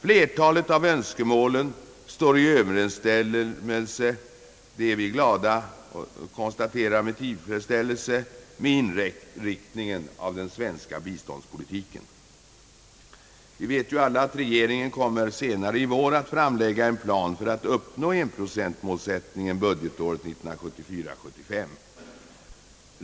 Flertalet av önskemålen står i överensstämmelse — det är vi glada över att konstatera — med inriktningen av den svenska biståndspolitiken. Vi vet ju alla att regeringen senare i vår kommer att framlägga en plan för att uppnå enprocentmålsättningen budgetåret 1974/75.